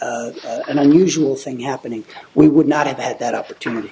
a an unusual thing happening we would not have that opportunity